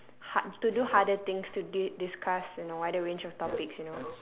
har~ to do harder things to di~ discuss in a wider range of topics you know